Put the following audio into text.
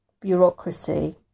bureaucracy